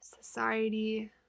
society